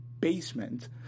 basement